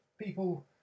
people